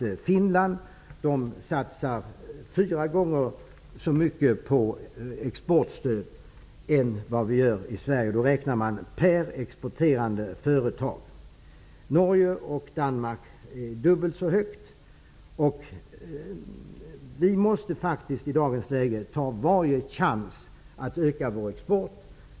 I Finland satsar man fyra gånger så mycket på exportstöd, räknat per exporterande företag. Norge och Danmark satsar dubbelt så mycket. Vi måste i dagens läge ta varje chans att öka vår export.